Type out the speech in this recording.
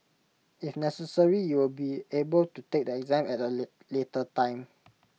if necessary you will be able to take the exam at A late later time